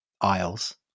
isles